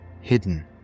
hidden